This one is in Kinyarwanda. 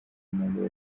mandela